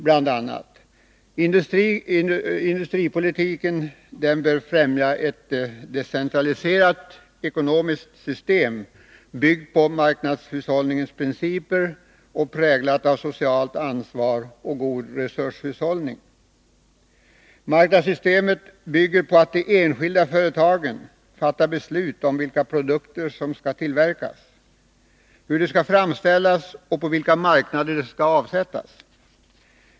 Han sade då: ”Industripolitiken bör främja ett decentraliserat ekonomiskt system byggt på marknadshushållningens principer och präglat av socialt ansvar och god resurshushållning. —--- Marknadssystemet bygger på att de enskilda företagen fattar beslut om vilka produkter som skall tillverkas, hur de skall framställas och på vilka marknader de skall avsättas.